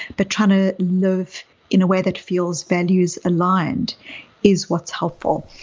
but trying to love in a way that feels values aligned is what's helpful.